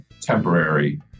temporary